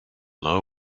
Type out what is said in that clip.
know